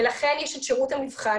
ולכן יש את שירות המבחן,